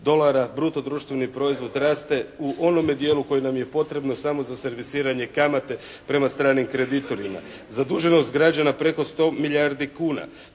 dolara. Bruto društveni proizvod raste u onome dijelu koji nam je potrebno samo za servisiranje kamate prema stranim kreditorima. Zaduženost građana preko 100 milijardi kuna.